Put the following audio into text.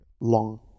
long